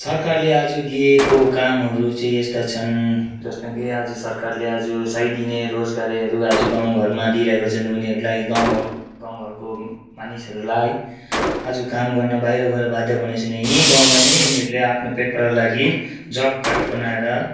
सरकारले आज दिएको कामहरू चाहिँ यस्ता छन् जसमा कि आज सरकारले आज सय दिने रोजगारहरू आज गाउँ घरमा दिइरहेका छन् उनीहरूलाई गाउँ गाउँ गाउँ घरको मानिसहरूलाई आज काम गर्न बाहिर गएर बाध्य बनेको छैन यहीँ गाउँमा नै उनीहरूले आफ्नो पेट पाल्नका लागि जब कार्ड बनाएर